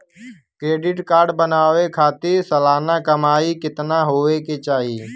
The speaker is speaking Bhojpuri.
क्रेडिट कार्ड बनवावे खातिर सालाना कमाई कितना होए के चाही?